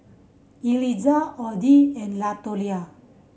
Eliza Oddie and Latoria